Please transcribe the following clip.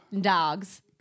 Dogs